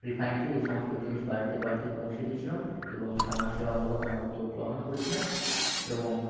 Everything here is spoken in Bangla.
রিফাইন তেল এই সমস্ত জিনিস বাড়িতে বাড়িতে পৌঁছে দিয়েছিলাম এবং সমাজসেবামূলক আমরা উদ্যোগ গ্রহণ করেছিলাম এবং